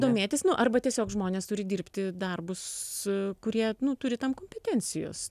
domėtis nu arba tiesiog žmonės turi dirbti darbus kurie nuturi tam kompetencijos